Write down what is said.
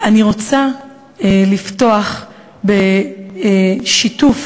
אני רוצה לפתוח בשיתוף